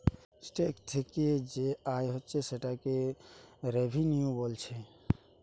tax থিকে যে আয় হচ্ছে সেটাকে রেভিনিউ বোলছে